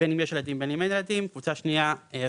בין אם יש ילדים ובין אם אין ילדים; הקבוצה השנייה היא הורים,